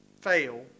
fail